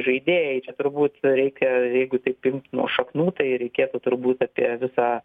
žaidėjai čia turbūt reikia jeigu taip imt nuo šaknų tai reikėtų turbūt apie visą